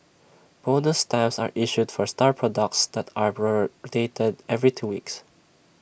bonus stamps are issued for star products that are rotated every two weeks